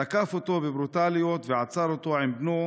תקף אותו בברוטליות ועצר אותו עם בנו.